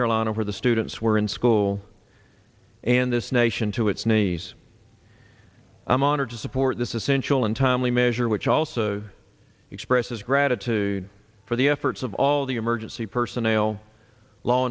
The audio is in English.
carolina for the students were in school and this nation to its knees i'm honored to support this essential and timely measure which also expresses gratitude for the efforts of all the emergency personnel law